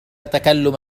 تكلم